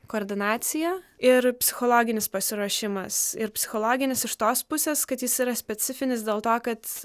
koordinacija ir psichologinis pasiruošimas ir psichologinis iš tos pusės kad jis yra specifinis dėl to kad